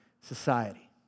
society